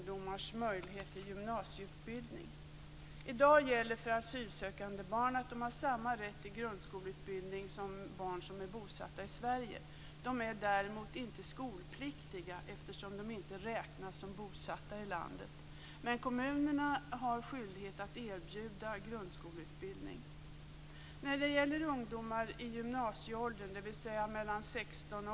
dag gäller för asylsökande barn att de har samma rätt till grundskoleutbildning som barn som är bosatta i Sverige. De är däremot inte skolpliktiga, eftersom de inte räknas som bosatta i landet, men kommunerna har skyldighet att erbjuda grundskoleutbildning.